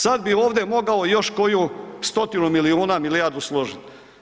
Sad bi ovdje mogao još koju stotinu milijuna milijardu složit.